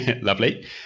Lovely